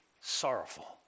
sorrowful